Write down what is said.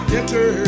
enter